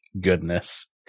goodness